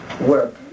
work